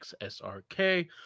XSRK